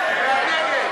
מתנגדים.